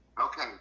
Okay